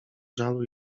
żalu